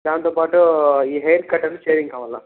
దాంతోపాటు ఈ haircut and shaving Kavali